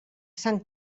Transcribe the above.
sant